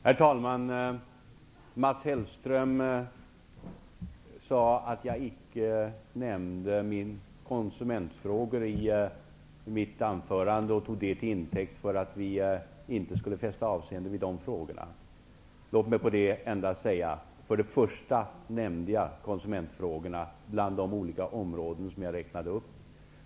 Herr talman! Mats Hellström sade att jag icke nämnde konsumentfrågorna i mitt anförande, och han tog det till intäkt för att vi inte skulle fästa avseende vid de frågorna. Låt mig till det endast säga följande. För det första nämnde jag konsumentfrågorna när jag räknade upp olika områden.